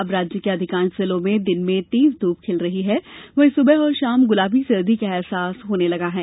अब राज्य के अधिकांश जिलो में दिन में तेज धूप खिल रही है वहीं सुबह और शाम गुलाबी सर्दी का अहसास होने लगा है